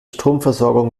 stromversorgung